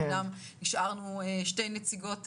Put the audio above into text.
אומנם נשארנו שתי נציגות,